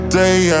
day